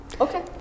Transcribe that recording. okay